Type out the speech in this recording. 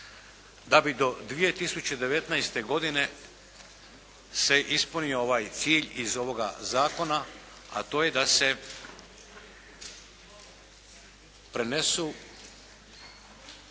da bi do 2019. godine se ispunio ovaj cilj iz ovoga zakona, a to je da se prenesu